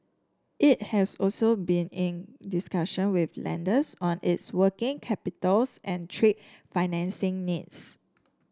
it has also been in discussion with lenders on its working capitals and trade financing needs